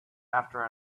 after